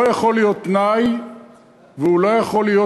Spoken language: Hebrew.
אבל הוא לא יכול להיות תנאי והוא לא יכול להיות